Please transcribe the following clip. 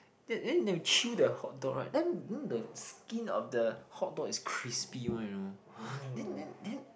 then then you chew the hot dog right then the skin of the hot dog is crispy one you know then then then